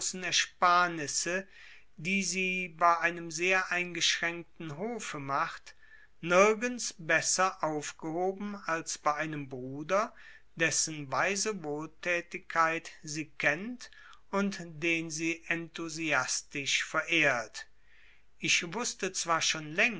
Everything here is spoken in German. ersparnisse die sie bei einem sehr eingeschränkten hofe macht nirgends besser aufgehoben als bei einem bruder dessen weise wohltätigkeit sie kennt und den sie enthusiastisch verehrt ich wußte zwar schon